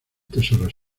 tesoros